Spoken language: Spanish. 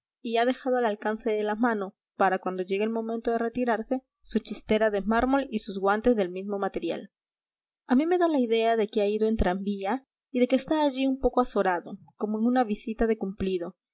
y ha dejado al alcance de la mano para cuando llegue el momento de retirarse su chistera de mármol y sus guantes del mismo material a mí me da la idea de que ha ido en tranvía y de que está allí un poco azorado como en una visita de cumplido